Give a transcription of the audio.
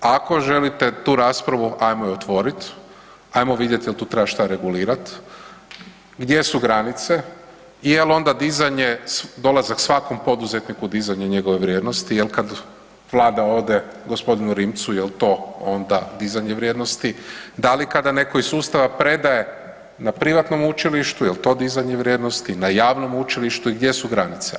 Ako želite tu raspravu ajmo ju otvorit, ajmo vidjet jel tu treba šta regulirat, gdje su granice i jel onda dizanje, dolazak svakom poduzetniku dizanje njegove vrijednosti jel kad vlada ode g. Rimcu jel to onda dizanje vrijednosti, da li kada neko iz sustava predaje na privatnom učilištu jel to dizanje vrijednosti, na javnom učilištu i gdje su granice.